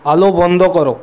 আলো বন্ধ কর